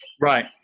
Right